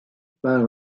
par